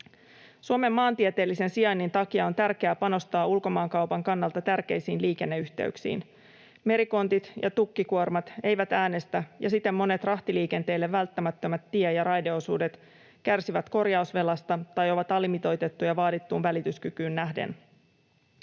Suomen maantieteellisen sijainnin takia on tärkeää panostaa ulkomaankaupan kannalta tärkeisiin liikenneyhteyksiin. Merikontit ja tukkikuormat eivät äänestä, ja siten monet rahtiliikenteelle välttämättömät tie- ja raideosuudet kärsivät korjausvelasta tai ovat alimitoitettuja vaadittuun välityskykyyn nähden.